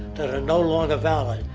that are no longer valid,